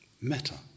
meta